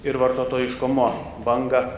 ir vartotojiškumo bangą